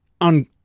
on